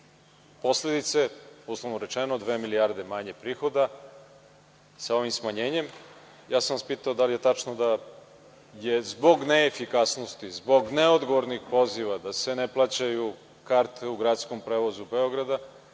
posledice, uslovno rečeno dve milijarde manje prihoda sa ovim smanjenjem. Pitao sam vas da li je tačno da je zbog neefikasnosti, zbog neodgovornih poziva da se ne plaćaju karte u gradskom prevozu Beograda,